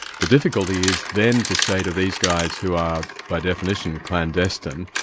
the difficulty is then to say to these guys who are by definition clandestine,